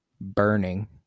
burning